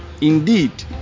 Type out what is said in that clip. Indeed